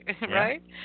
Right